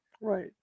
Right